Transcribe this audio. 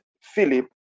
Philip